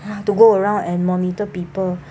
ha to go around and monitor people